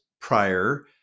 prior